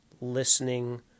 listening